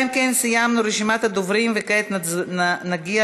חבר הכנסת באסל גטאס, אינו נוכח,